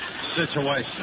situation